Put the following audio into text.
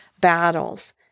battles